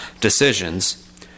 decisions